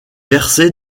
versé